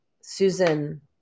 Susan